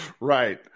Right